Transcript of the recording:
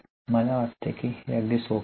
मला वाटते की हे अगदी सोपे आहे